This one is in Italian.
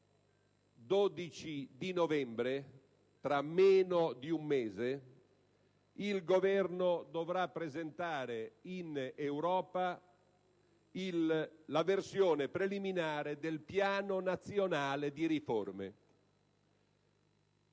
12 novembre, tra meno di un mese, il Governo dovrà presentare in Europa la versione preliminare del Piano nazionale di riforma: